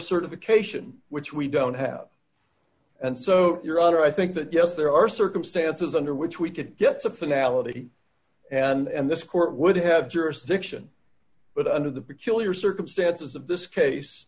certification which we don't have and so your honor i think that yes there are circumstances under which we could get to finale and this court would have jurisdiction but under the peculiar circumstances of this case